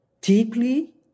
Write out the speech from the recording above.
deeply